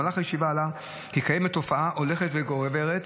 במהלך הישיבה עלה כי קיימת תופעה הולכת וגוברת,